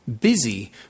busy